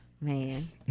man